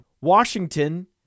Washington